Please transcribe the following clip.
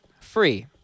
Free